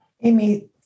Amy